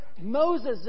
Moses